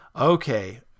okay